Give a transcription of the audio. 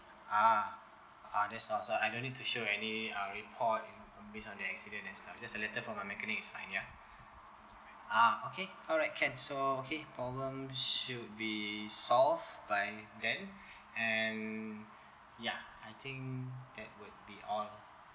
ah ah that's all so I don't need to show any uh report base on the accident and stuff just selected from my mechanics is fine ya ah okay alright can so okay problem should be solved by then and ya I think that would be all